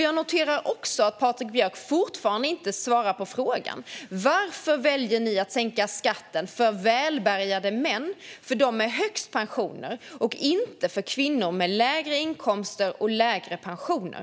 Jag noterar också att Patrik Björck fortfarande inte har svarat på frågan: Varför väljer ni att sänka skatten för dem med högst pensioner, välbärgade män, och inte för kvinnor med lägre inkomster och lägre pensioner?